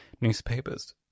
newspapers